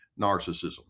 narcissism